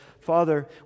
Father